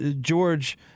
George